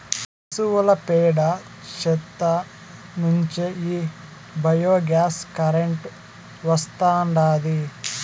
పశువుల పేడ చెత్త నుంచే ఈ బయోగ్యాస్ కరెంటు వస్తాండాది